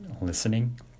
listening